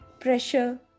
pressure